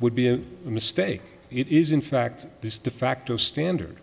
would be a mistake it is in fact this de facto standard